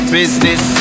business